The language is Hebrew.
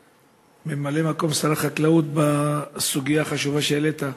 ממלא-מקום שר החקלאות בסוגיה החשובה שהעלית,